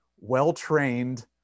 well-trained